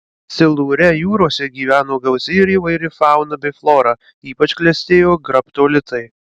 silūre jūrose gyveno gausi ir įvairi fauna bei flora ypač klestėjo graptolitai